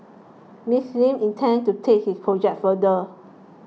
Miss Lin intends to take his project further